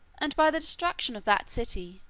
and by the destruction of that city,